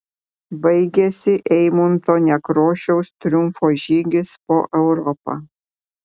baigėsi eimunto nekrošiaus triumfo žygis po europą